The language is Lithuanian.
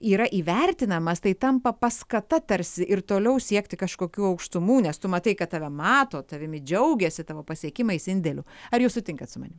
yra įvertinamas tai tampa paskata tarsi ir toliau siekti kažkokių aukštumų nes tu matai kad tave mato tavimi džiaugiasi tavo pasiekimais indėliu ar jūs sutinkat su manim